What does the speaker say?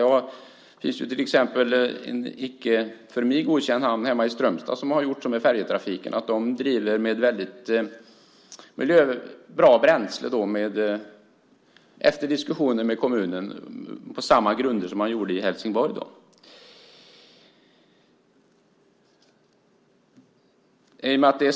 Det finns till exempel en för mig icke okänd hamn hemma i Strömstad som efter diskussioner med kommunen driver färjetrafiken med bränsle som är bra för miljön, på samma grunder som man gjorde i Helsingborg.